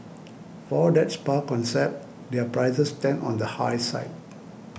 for that spa concept their prices stand on the high side